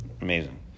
Amazing